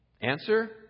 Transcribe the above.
Answer